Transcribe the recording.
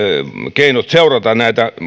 keinot seurata näitä